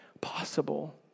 possible